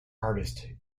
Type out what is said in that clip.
artist